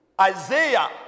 Isaiah